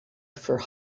for